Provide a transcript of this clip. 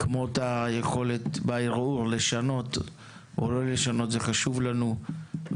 כמו היכולת לשנות או לא לשנות בערעור,